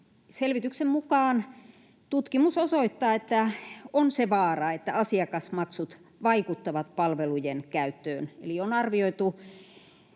Selvityksen mukaan tutkimus osoittaa, että on se vaara, että asiakasmaksut vaikuttavat palvelujen käyttöön, eli on arvioitu,